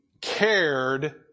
cared